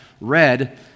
read